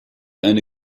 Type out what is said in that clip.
eine